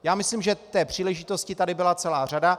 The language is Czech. Já myslím, že příležitostí tady byla celá řada.